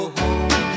home